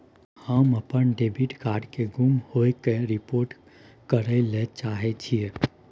हम अपन debit card के गुम होय के रिपोर्ट करय ले चाहय छियै